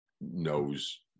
knows